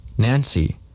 Nancy